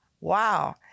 wow